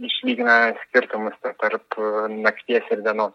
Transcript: išlygina skirtumus tarp nakties ir dienos